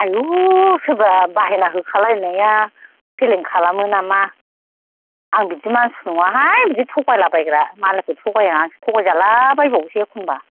आयु सोरबा बाहेना होखालायनाया फेलें खालामो नामा आं बिदि मानसि नङाहाय बिदि थगायलाबायग्रा मालायखौ थगायजाला बायबावोसो एखमबा